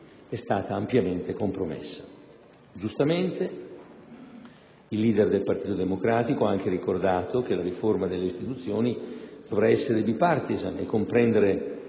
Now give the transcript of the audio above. è stata ampiamente compromessa. Giustamente il *leader* del Partito Democratico ha anche ricordato che la riforma delle istituzioni dovrà essere *bipartisan* e comprendere